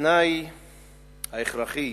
התנאי ההכרחי